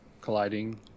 colliding